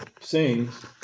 sings